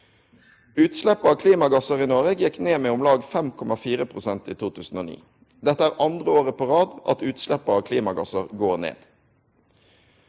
Utsleppa av klimagassar i Noreg gjekk ned med om lag 5,4 pst. i 2009. Dette er andre året på rad at utsleppa av klimagassar går ned.